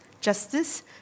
Justice